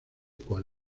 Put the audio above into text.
con